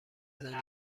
زنیم